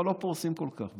אבל הם לא כל כך פורסים,